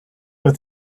but